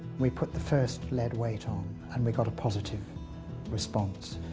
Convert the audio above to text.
we put the first lead weight on and we got a positive response.